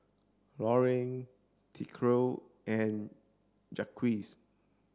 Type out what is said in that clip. Loring Tyrique and Jaquez